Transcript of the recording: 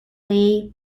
lay